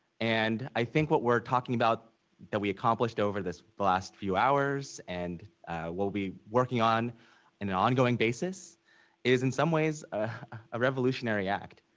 and i think what we're talking about that we accomplished over these last few hours, and we'll be working on and an ongoing basis is in some ways a revolutionary act.